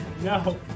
No